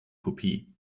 kopie